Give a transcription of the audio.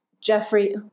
Jeffrey